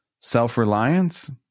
self-reliance